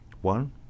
one